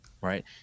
right